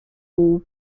wall